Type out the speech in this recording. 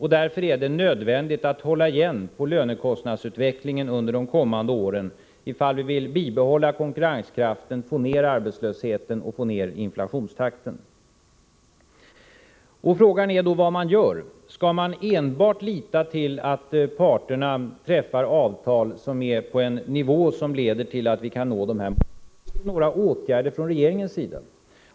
Därför är det nödvändigt att hålla igen på lönekostnadsutvecklingen under de kommande åren, om vi vill bibehålla konkurrenskraften, få ned arbetslösheten och få ned inflationstakten. Frågan är då vad man skall göra. Skall man enbart lita till att parterna träffar avtal som ligger på en nivå som leder till att vi kan nå det här målet? Eller krävs det några åtgärder från regeringens sida?